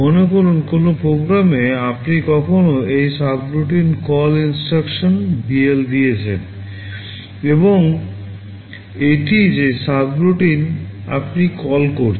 মনে করুন কোনও প্রোগ্রামে আপনি কোথাও একটি সাবরুটাইন কল INSTRUCTION বিএল দিয়েছেন এবং এটি যে সাবউরটিন আপনি কল করছেন